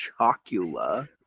Chocula